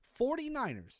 49ers